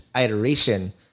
iteration